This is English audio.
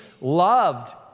loved